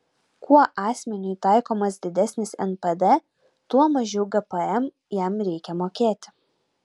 kuo asmeniui taikomas didesnis npd tuo mažiau gpm jam reikia mokėti